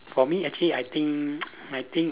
for me actually I think I think